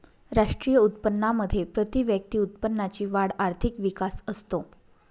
राष्ट्रीय उत्पन्नामध्ये प्रतिव्यक्ती उत्पन्नाची वाढ आर्थिक विकास असतो